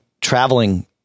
traveling